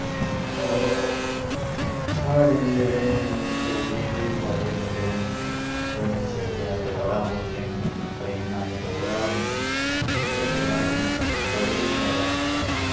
साढ़े जेह्ड़े डोगरी दे बड़े बड्डे जि'नें शेरे अस डोगरा बोलदे न प्रेम नाथ डोगरा होरें ई उंदे कोला असें बड़े जादै